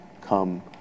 come